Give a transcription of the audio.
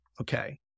Okay